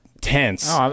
Tense